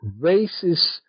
races